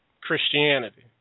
Christianity